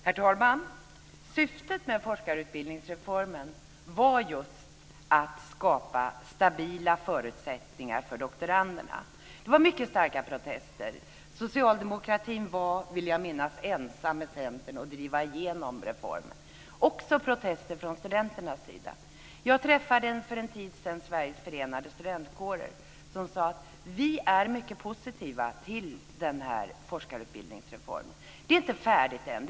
Herr talman! Syftet med forskarutbildningsreformen var just att skapa stabila förutsättningar för doktoranderna. Det var mycket starka protester. Socialdemokratin var, vill jag minnas, ensam med Centern om att driva igenom reformen. Det blev också protester från studenternas sida. Jag träffade för en tid sedan Sveriges Förenade Studentkårer, som sade: Vi är mycket positiva till den här forskarutbildningsreformen. Den är inte färdig än.